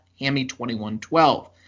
Hammy2112